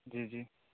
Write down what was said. जी जी